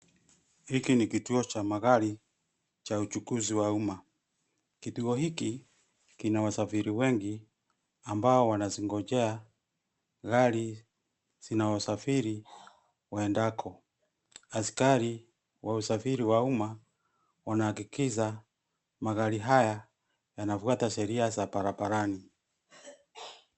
Hiki ni kituo cha magari, cha uchukuzi wa umma, kituo hiki, kina wasafiri wengi, ambao wanazingojea, gari, zinazosafiri, waendako. Askari, wa usafiri wa umma, wanahakikisha, magari haya, yanafuata sheria za barabarani.